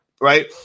Right